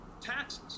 taxes